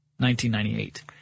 1998